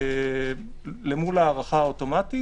למול ההארכה האוטומטית.